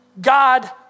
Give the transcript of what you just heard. God